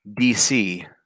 DC